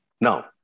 Now